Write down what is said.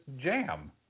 jam